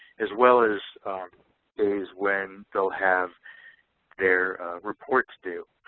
as well as days when they'll have their reports due,